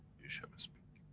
you shall speak.